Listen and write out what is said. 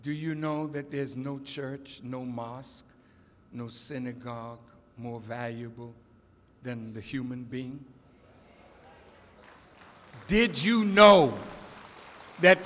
do you know that there's no church no mosque no synagogue more valuable than the human being did you know that